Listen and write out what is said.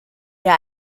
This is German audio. der